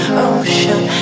ocean